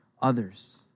others